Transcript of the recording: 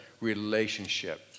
relationship